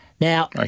Now